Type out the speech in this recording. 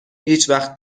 هیچوقت